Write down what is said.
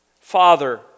Father